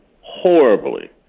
horribly